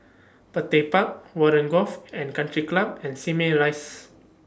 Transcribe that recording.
Petir Park Warren Golf and Country Club and Simei Rise